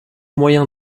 moyen